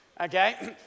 Okay